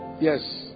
Yes